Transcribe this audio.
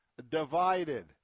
Divided